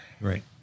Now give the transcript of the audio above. Right